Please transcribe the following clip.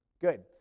Good